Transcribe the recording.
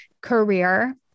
career